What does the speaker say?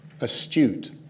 astute